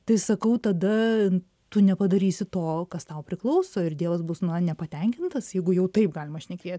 tai sakau tada tu nepadarysi to kas tau priklauso ir dievas bus nu nepatenkintas jeigu jau taip galima šnekėti